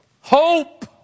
Hope